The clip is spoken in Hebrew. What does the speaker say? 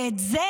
ואת זה,